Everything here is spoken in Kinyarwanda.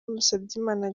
musabyimana